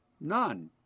none